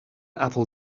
apple